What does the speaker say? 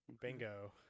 Bingo